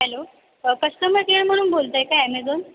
hello customer केअरमधून बोलत आहे का ॲमेझॉन